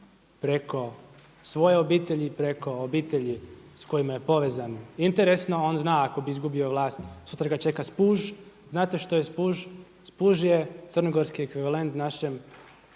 preko svoje obitelji, preko obitelji sa kojima je povezan interesno. On zna ako bi izgubio vlast sutra ga čeka spuž. Znate što je spuž? Spuž je crnogorski ekvivalent našem